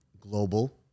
global